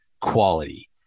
quality